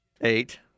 eight